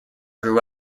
grew